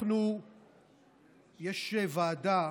יש ועדה